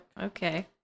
Okay